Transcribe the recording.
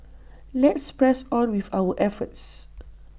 let's press on with our efforts